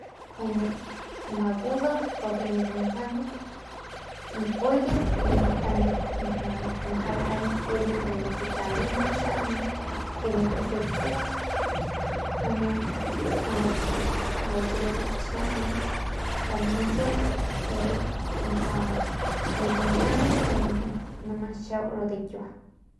Kjuande ma gudat porque nip mjandat piyat y njuande mjau ljañ y piyit ru ki talundat xiandat que nip es de kiua kjuende ru drudat xiandat u misat deru majau nip mjandat y nomas xiau ru de kiua.